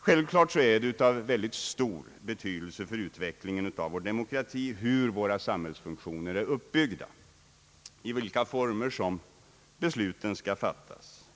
Självklart är det av väldigt stor betydelse för vår demokratis utveckling hur våra samhällsfunktioner är uppbyggda och i vilka former besluten skall fattas.